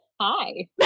Hi